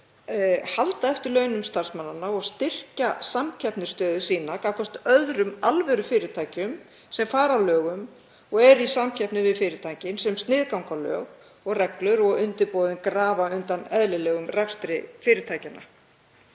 halda eftir launum starfsmanna og styrkja samkeppnisstöðu sína gagnvart öðrum alvörufyrirtækjum sem fara að lögum og eru í samkeppni við fyrirtækin sem sniðganga lög og reglur og undirboðin grafa undan eðlilegum rekstri fyrirtækjanna.